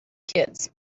kids